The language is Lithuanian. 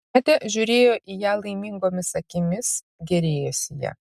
nadia žiūrėjo į ją laimingomis akimis gėrėjosi ja